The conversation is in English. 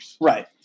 Right